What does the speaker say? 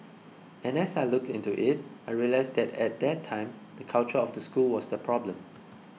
and as I looked into it I realised that at that time the culture of the school was the problem